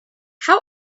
how